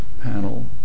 panel